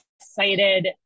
excited